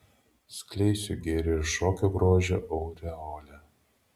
skleisiu gėrio ir šokio grožio aureolę